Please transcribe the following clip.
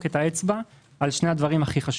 האצבע בדיוק על שני הדברים הכי חשובים,